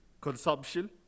consumption